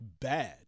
bad